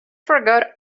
forgot